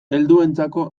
helduentzako